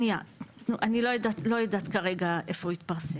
רגע שנייה, אני לא יודעת כרגע איפה הוא התפרסם.